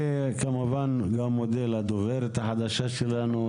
אני כמובן מודה לדוברת החדשה שלנו,